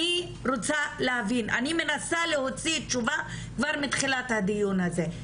אני מנסה להוציא תשובה כבר מתחילת הדיון הזה.